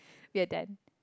we are done